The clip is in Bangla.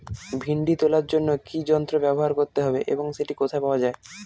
ভিন্ডি তোলার জন্য কি যন্ত্র ব্যবহার করতে হবে এবং সেটি কোথায় পাওয়া যায়?